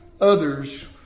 Others